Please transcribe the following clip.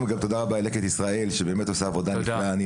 גם תודה רבה ללקט ישראל שבאמת עושה עבודה נפלאה,